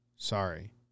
Sorry